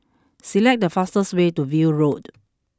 select the fastest way to View Road